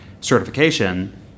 certification